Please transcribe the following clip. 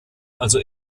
also